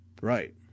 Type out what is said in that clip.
Right